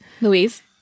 Louise